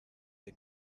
the